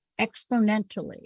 exponentially